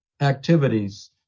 activities